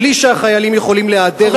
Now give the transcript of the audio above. בלי שהחיילים יכולים להיעדר מהמקום הזה,